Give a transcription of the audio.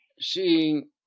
seeing